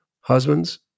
Husbands